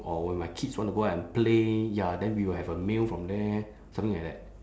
or when my kids want to go out and play ya then we will have a meal from there something like that